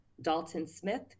Dalton-Smith